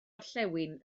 orllewin